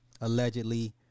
Allegedly